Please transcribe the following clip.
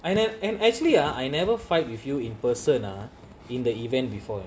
I never and actually ah I never fight with you in person ah in the event before